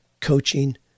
coaching